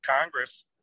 Congress